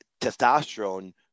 testosterone